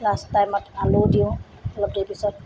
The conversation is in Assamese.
লাষ্ট টাইমত আলুও দিওঁ অলপ দেৰিৰ পিছত